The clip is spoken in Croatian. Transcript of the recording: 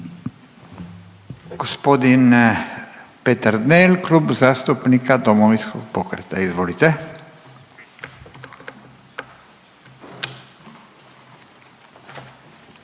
Gospodin Peternel, Klub zastupnika Domovinskog pokreta. Izvolite.